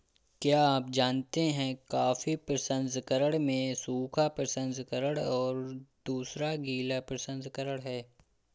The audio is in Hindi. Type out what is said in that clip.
क्या आप जानते है कॉफ़ी प्रसंस्करण में सूखा प्रसंस्करण और दूसरा गीला प्रसंस्करण है?